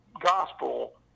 gospel